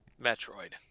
Metroid